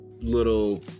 little